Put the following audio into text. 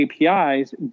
APIs